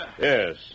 Yes